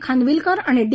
खानविलकर आणि डी